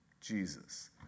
Jesus